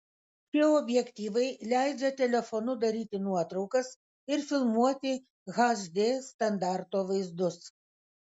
šie objektyvai leidžia telefonu daryti nuotraukas ir filmuoti hd standarto vaizdus